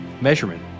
measurement